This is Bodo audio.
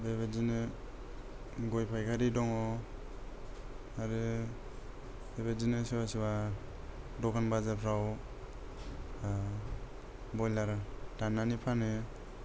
बेबादिनो गय फायखारि दं आरो बेबादिनो सोरबा सोरबा दखान बाजारफ्राव बइलार दाननानै फानो